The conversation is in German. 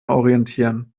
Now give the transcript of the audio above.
orientieren